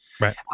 Right